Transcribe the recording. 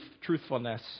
truthfulness